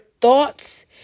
thoughts